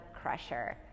crusher